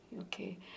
Okay